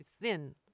thin